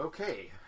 Okay